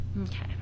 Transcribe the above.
Okay